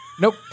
Nope